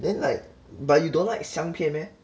then like but you don't like 香片 meh